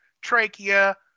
trachea